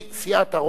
סיעת הרוב